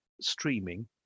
streaming